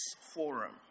Forum